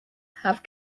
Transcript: have